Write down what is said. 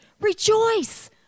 rejoice